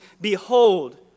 Behold